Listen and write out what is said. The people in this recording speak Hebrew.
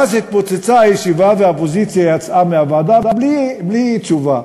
ואז התפוצצה הישיבה והאופוזיציה יצאה מהוועדה בלי תשובה.